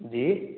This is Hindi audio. जी